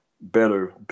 better